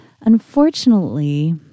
unfortunately